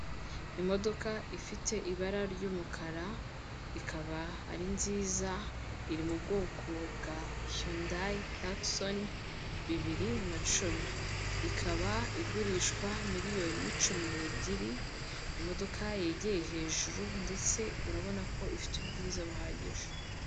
Imodoka ifite ibara ry'umukara ikaba ari nziza, iri mu bwoko bwa Yundayi takison bibiri na cumi, ikaba igurishwa miliyoni cumi n'ebyiri, imodoka yegeye hejuru ndetse urabona ko ifite ubwiza buhagije.